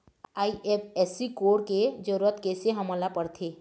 IFSC code के जरूरत कैसे हमन ला पड़थे?